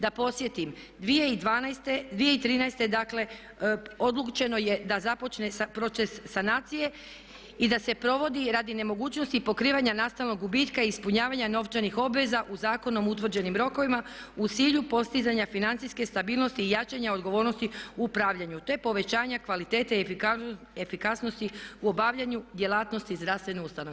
Da podsjetim 2013. dakle odlučeno je da započne proces sanacije i da se provodi radi nemogućnosti pokrivanja nastalog gubitka i ispunjavanja novčanih obveza u zakonom utvrđenim rokova u cilju postizanja financijske stabilnosti i jačanja odgovornosti u upravljanju te povećanja kvalitete i efikasnosti u obavljanju djelatnosti zdravstvene ustanove.